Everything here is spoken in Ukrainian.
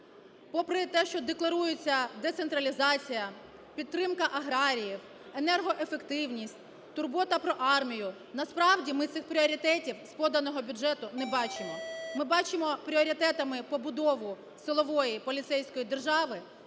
Попри те, що декларується децентралізація, підтримка аграріїв, енергоефективність, турбота про армію, насправді, ми цих пріоритетів з поданого бюджету не бачимо. Ми бачимо пріоритетами побудову силової поліцейської держави,